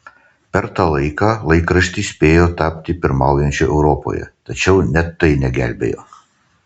per tą laiką laikraštis spėjo tapti pirmaujančiu europoje tačiau net tai negelbėjo